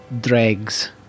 dregs